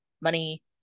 money